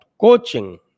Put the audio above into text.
coaching